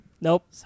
Nope